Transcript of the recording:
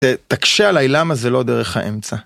תקשה עליי, למה זה לא דרך האמצע?